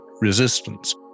resistance